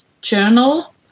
journal